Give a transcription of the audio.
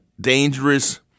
dangerous